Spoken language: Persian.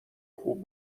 خوب